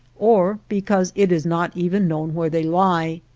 or because it is not even known where they lie.